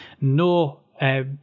no